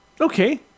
Okay